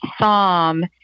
Psalm